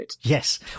Yes